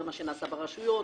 גם מה שנעשה ברשויות.